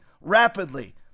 rapidly